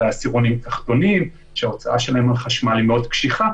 והעשירונים התחתונים שההוצאה שלהם על חשמל מאוד קשיחה.